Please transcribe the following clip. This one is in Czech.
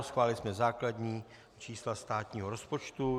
Schválili jsme základní čísla státního rozpočtu.